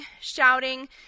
shouting